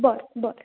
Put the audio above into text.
बरें बरें